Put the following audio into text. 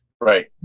Right